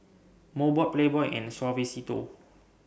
Mobot Playboy and Suavecito